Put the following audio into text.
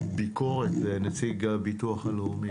נציג הביטוח הלאומי